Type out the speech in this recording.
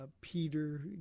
Peter